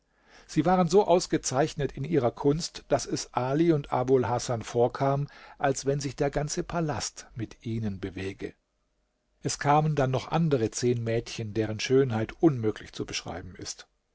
sie waren so ausgezeichnet in ihrer kunst daß es ali und abul hasan vorkam als wenn sich der ganze palast mit ihnen bewege es kamen dann noch andere zehn mädchen deren schönheit unmöglich zu beschreiben ist